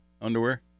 underwear